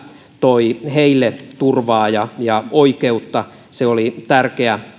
toi heille turvaa ja ja oikeutta se oli tärkeää